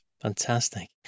Fantastic